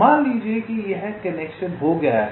मान लीजिए कि यह कनेक्शन हो गया है